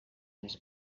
més